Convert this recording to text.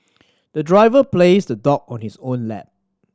the driver placed the dog on his own lap